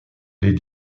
les